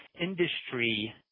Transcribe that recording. industry